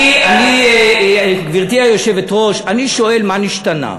אני, אני, גברתי היושבת-ראש, אני שואל: מה נשתנה?